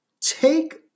take